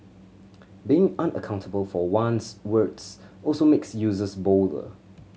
being unaccountable for one's words also makes users bolder